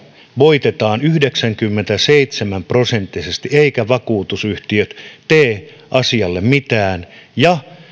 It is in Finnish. voitetaan yhdeksänkymmentäseitsemän prosenttisesti eivätkä vakuutusyhtiöt tee asialle mitään